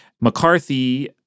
McCarthy